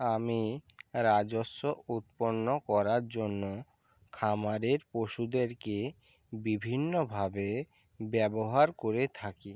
আমি রাজস্ব উৎপন্ন করার জন্য খামারের পশুদেরকে বিভিন্নভাবে ব্যবহার করে থাকি